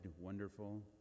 Wonderful